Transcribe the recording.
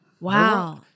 Wow